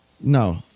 No